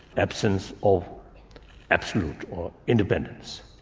absence of absolute, or independence,